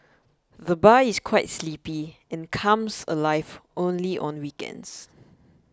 the bar is quite sleepy and comes alive only on weekends